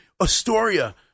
Astoria